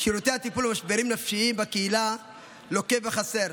שירותי הטיפול במשברים נפשיים בקהילה לוקה בחסר.